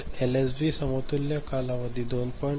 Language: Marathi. तर एलएसबी समतुल्य कालावधी 2